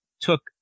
took